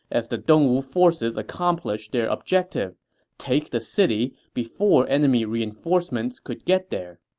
as the dongwu forces accomplished their objective take the city before enemy reinforcements could get there